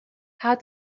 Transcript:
how